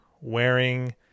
wearing